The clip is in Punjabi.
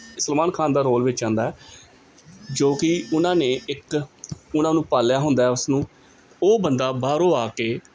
ਸਲਮਾਨ ਖਾਨ ਦਾ ਰੋਲ ਵਿੱਚ ਆਉਂਦਾ ਜੋ ਕਿ ਉਹਨਾਂ ਨੇ ਇੱਕ ਉਹਨਾਂ ਨੂੰ ਪਾਲਿਆ ਹੁੰਦਾ ਉਸ ਨੂੰ ਉਹ ਬੰਦਾ ਬਾਹਰੋਂ ਆ ਕੇ